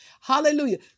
Hallelujah